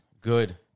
Good